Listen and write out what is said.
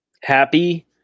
Happy